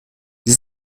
sie